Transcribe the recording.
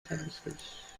services